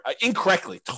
incorrectly